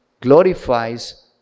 glorifies